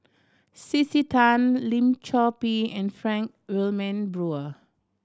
C C Tan Lim Chor Pee and Frank Wilmin Brewer